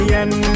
end